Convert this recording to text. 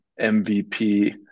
MVP